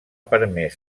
permès